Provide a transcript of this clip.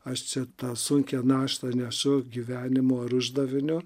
aš čia tą sunkią naštą nešu gyvenimo ar uždavinio